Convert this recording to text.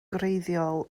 gwreiddiol